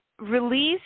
release